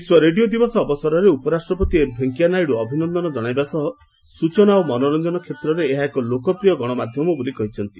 ବିଶ୍ୱ ରେଡିଓ ଦିବସ ଅବସରରେ ଉପରାଷ୍ଟ୍ରପତି ଏମ୍ ଭେଙ୍କେୟା ନାଇଡୁ ଅଭିନନ୍ଦନ ଜଶାଇବା ସହ ସୂଚନା ଓ ମନୋରଞ୍ଞନ କ୍ଷେତ୍ରରେ ଏହା ଏକ ଲୋକପ୍ରିୟ ଗଣମାଧ୍ଧମ ବୋଲି କହିଛନ୍ତି